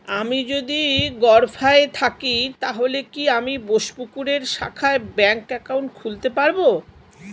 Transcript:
আমি যদি গরফায়ে থাকি তাহলে কি আমি বোসপুকুরের শাখায় ব্যঙ্ক একাউন্ট খুলতে পারবো?